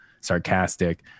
sarcastic